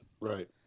Right